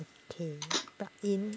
okay plug in